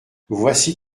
voici